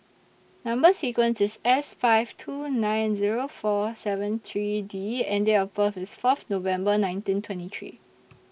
Number sequence IS S five two nine Zero four seven three D and Date of birth IS Fourth November nineteen twenty three